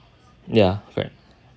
ya correct